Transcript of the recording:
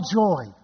joy